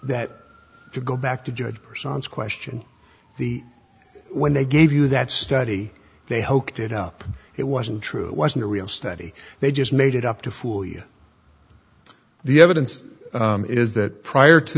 that to go back to judge her sons question the when they gave you that study they hoped it up it wasn't true it wasn't a real study they just made it up to fool you the evidence is that prior to